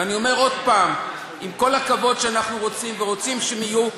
ואני אומר עוד פעם: עם כל הכבוד שיש ואנחנו רוצים שיהיה אליהם,